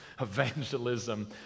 evangelism